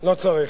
לא צריך.